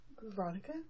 Veronica